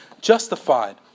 justified